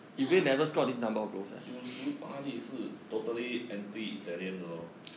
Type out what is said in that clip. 九十八粒是 totally anti italian 的 lor